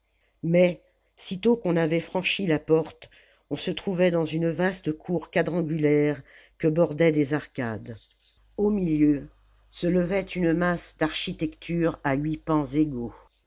mais sitôt qu'on avait franchi la porte on se trouvait dans une vaste cour quadrangulaire que bordaient des arcades au milieu se levait une masse d'architecture à huit pans égaux